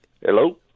Hello